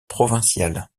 provinciale